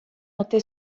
ote